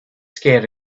scared